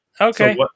Okay